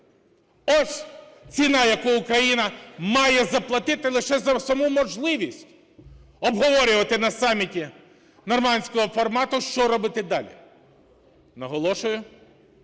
Ось ціна, яку Україна має заплатити лише за саму можливість обговорювати на саміті "нормандського формату" що робити далі. Наголошую,